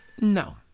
no